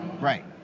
Right